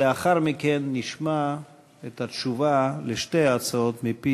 לאחר מכן נשמע את התשובה על שתי ההצעות מפי